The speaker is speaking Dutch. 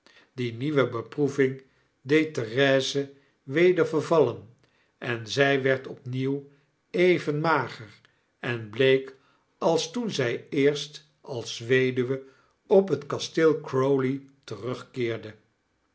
die nieuwe beproeving deed therese weder vervallen en zy werd opnieuw even mager en bleek als toen zy eerst als weduwe op het kasteel crowley terugkeerde